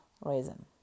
reason